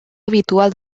habitual